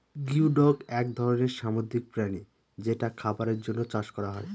geoduck এক ধরনের সামুদ্রিক প্রাণী যেটা খাবারের জন্য চাষ করা হয়